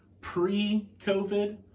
pre-COVID